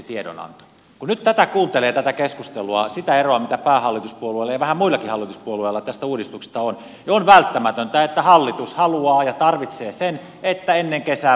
kun nyt kuuntelee tätä keskustelua sitä eroa mikä päähallituspuolueilla ja vähän muillakin hallituspuolueilla tästä uudistuksesta on niin on välttämätöntä että hallitus haluaa ja tarvitsee sen että ennen kesää pitää olla rivit suorat